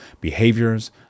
behaviors